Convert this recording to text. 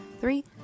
three